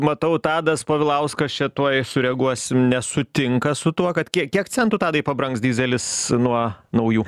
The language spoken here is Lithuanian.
matau tadas povilauskas čia tuoj sureaguos nesutinka su tuo kad kie kiek centų tadai pabrangs dyzelis nuo naujų